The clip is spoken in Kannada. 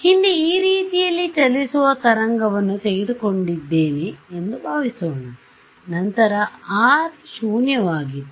ಹಿಂದೆ ಈ ರೀತಿಯಲ್ಲಿ ಚಲಿಸುವ ತರಂಗವನ್ನು ತೆಗೆದುಕೊಂಡಿದ್ದೇನೆ ಎಂದು ಭಾವಿಸೋಣ ನಂತರ R ಶೂನ್ಯವಾಗಿತ್ತು